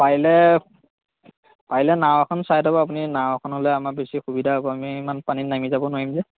পাৰিলে পাৰিলে নাও এখন চাই থব আপুনি নাও এখন হ'লে আমাৰ বেছি সুবিধা হ'ব আমি ইমান পানীত নামি যাব নোৱাৰিম যে